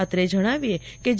અત્રે જણાવીએ કેજી